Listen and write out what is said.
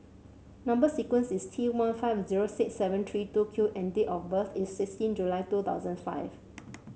number sequence is T one five zero six seven three two Q and date of birth is sixteen July two thousand five